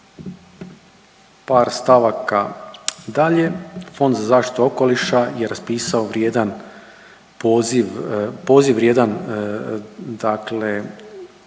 Par stavaka dalje Fond za zaštitu okoliša je raspisao vrijedan poziv vrijedan, dakle